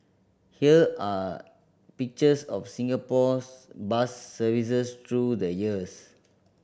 here are pictures of Singapore's bus services through the years